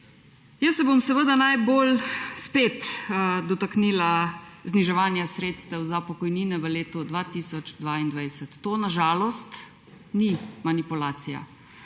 Spet se bom najbolj dotaknila zniževanja sredstev za pokojnine v letu 2022. To na žalost ni manipulacija.